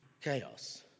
Chaos